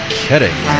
kidding